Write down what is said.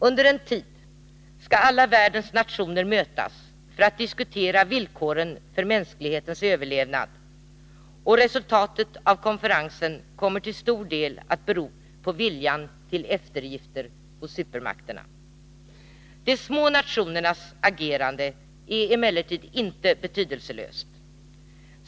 Under en tid skall alla världens nationer mötas för att diskutera villkoren för mänsklighetens överlevnad, och resultatet av konferensen kommer till stor del att bero på viljan till eftergifter hos supermakterna. De små nationernas agerande är emellertid inte betydelselöst.